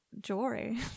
jewelry